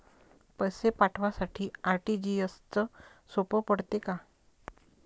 पैसे पाठवासाठी आर.टी.जी.एसचं सोप पडते का?